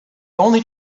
only